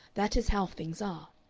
that is how things are.